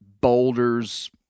boulders